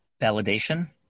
validation